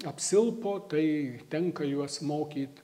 apsilpo tai tenka juos mokyt